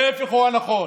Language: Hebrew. ההפך הוא הנכון.